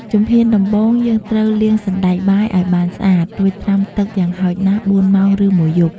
ជំហានដំបូង យើងត្រូវលាងសណ្ដែកបាយឲ្យបានស្អាត រួចត្រាំទឹកយ៉ាងហោចណាស់៤ ម៉ោង ឬមួយយប់។